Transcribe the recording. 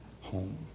home